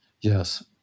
Yes